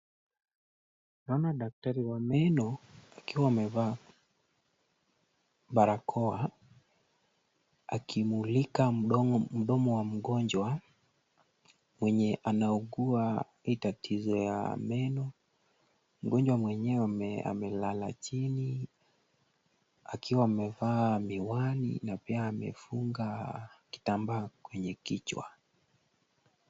Naona daktari wa meno akiwa amevaa barakoa akimulika mdomo wa mgonjwa mwenye anaugua tatizo hii ya meno. Mgonjwa mwenyewe amelala chini akiwa amevaa miwani na pia amefunga kitambaa kwenye kichwa.